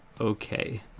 Okay